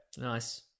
Nice